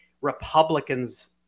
Republicans